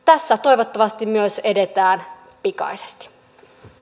tässä toivottavasti myös edetään pikaisesti